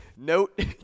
Note